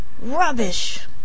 Rubbish